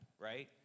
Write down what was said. right